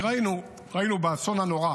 כי ראינו, ראינו באסון הנורא